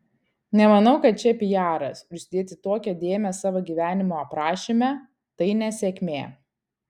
nemanau kad čia pijaras užsidėti tokią dėmę savo gyvenimo aprašyme tai nesėkmė